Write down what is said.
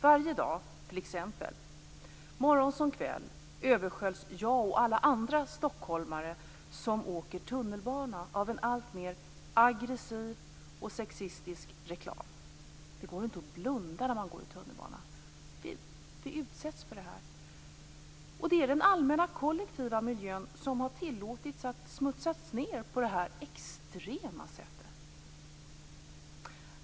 Varje dag, morgon som kväll, översköljs jag och alla andra stockholmare som åker tunnelbana av en alltmer aggressiv och sexistisk reklam. Det går inte att blunda när man går i tunnelbanan. Vi utsätts för det här. Det är den allmänna kollektiva miljön som har tillåtits att smutsas ned på det här extrema sättet.